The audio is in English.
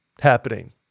happening